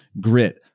grit